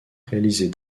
réaliser